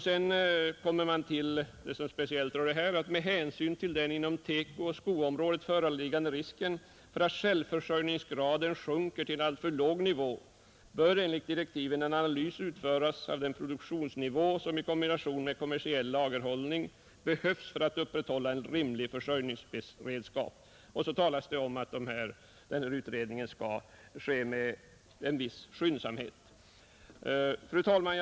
Sedan kommer det som speciellt rör denna fråga: ”Med hänsyn till att det inom TEKO och skoområdena föreligger risk för att självförsörjningsgraden sjunker till en alltför låg nivå bör enligt direktiven en analys utföras av den produktionsnivå som i kombination med kommersiell lagerhållning behövs för att upprätthålla en rimlig försörjningsberedskap på dessa områden.” Vidare talas det om att utredningen skall bedrivas med en viss skyndsamhet. Fru talman!